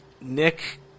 nick